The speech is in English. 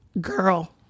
girl